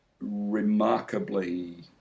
remarkably